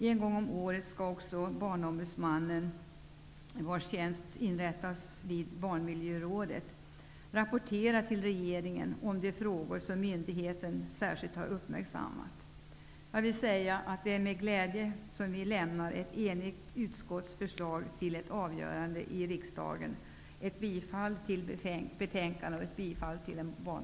En gång om året skall också Barnombudsmannen, vars tjänst inrättas vid Barnmiljörådet, rapportera till regeringen om de frågor som myndigheten särskilt har uppmärksammat. Jag vill säga att det är med glädje som vi lämnar ett enigt utskotts förslag till avgörande i riksdagen.